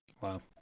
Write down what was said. Wow